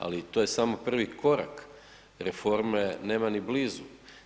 Ali to je samo prvi korak, reforme nema ni blizu.